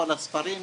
כל הספרים,